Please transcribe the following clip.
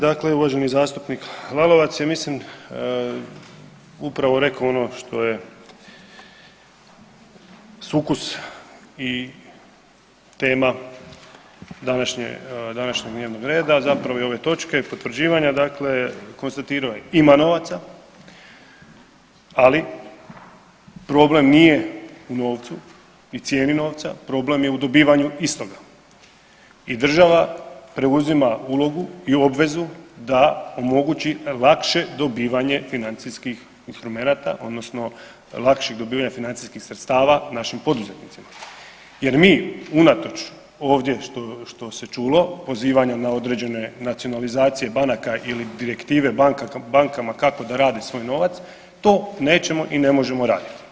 Dakle, uvaženi zastupnik Lalovac je mislim upravo rekao ono što je sukus i tema današnjeg dnevnog reda i ove točke potvrđivanja, dakle konstatirao je ima novaca, ali problem nije u novcu i cijeni novca, problem je u dobivanju istoga i država preuzima ulogu i obvezu da omogući lakše dobivanje financijskih instrumenata odnosno lakšeg dobivanja financijskih sredstava našim poduzetnicima jer mi unatoč ovdje što se čulo, pozivanja na određene nacionalizacije banaka ili direktive bankama kako da rade svoj novac, to nećemo i ne možemo raditi.